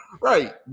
right